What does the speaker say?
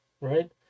right